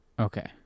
Okay